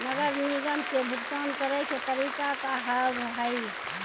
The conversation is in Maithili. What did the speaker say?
नगर निगम के भुगतान करे के तरीका का हाव हाई?